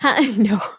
No